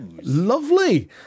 lovely